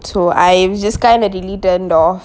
so I'm just kind of really turned off